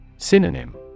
Synonym